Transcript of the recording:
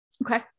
Okay